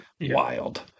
wild